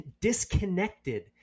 disconnected